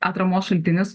atramos šaltinis